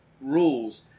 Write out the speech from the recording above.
rules